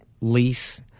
lease